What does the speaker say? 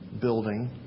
building